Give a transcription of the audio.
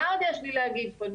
מה עוד יש לי להגיד פה,